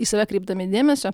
į save kreipdami dėmesio